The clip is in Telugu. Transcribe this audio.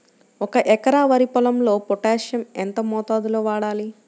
ఒక ఎకరా వరి పొలంలో పోటాషియం ఎంత మోతాదులో వాడాలి?